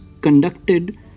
conducted